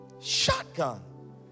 shotgun